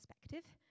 perspective